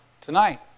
tonight